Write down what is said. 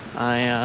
i